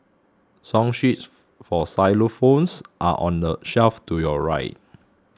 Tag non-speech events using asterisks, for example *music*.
song sheets *noise* for xylophones are on the shelf to your right